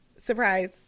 surprise